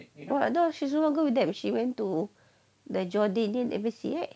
oh now she didn't go with them she went to the jordanian embassy right